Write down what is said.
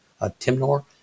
Timnor